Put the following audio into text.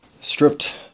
stripped